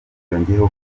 yongeyeho